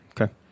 Okay